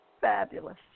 fabulous